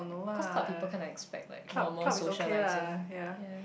cause club people kinda expect like normal socialising ya